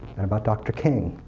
and about doctor king,